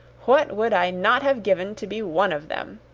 what would i not have given to be one of them!